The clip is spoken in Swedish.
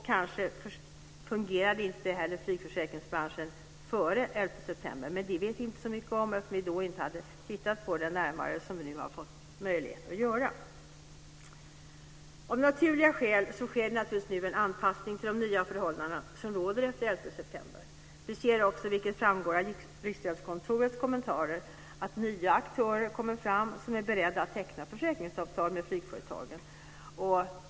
Kanske fungerade inte heller flygförsäkringsbranschen före den 11 september. Det vet vi inte så mycket om, eftersom vi då inte hade tittat närmare på det, vilket vi nu har fått möjlighet att göra. Av naturliga skäl sker det nu en anpassning till de nya förhållanden som råder efter den 11 september. Vi ser också, vilket framgår av Riksgäldskontorets kommentarer, att nya aktörer kommer fram som är beredda att teckna försäkringsavtal med flygföretagen.